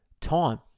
time